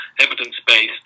evidence-based